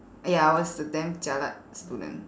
ya I was the damn jialat student